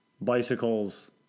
bicycles